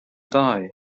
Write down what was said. die